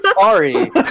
sorry